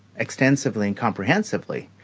extensively and comprehensively,